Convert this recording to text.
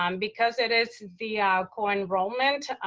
um because it is the ah co-enrollment,